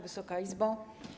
Wysoka Izbo!